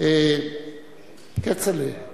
כצל'ה